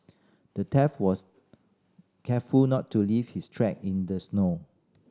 the thief was careful not to leave his track in the snow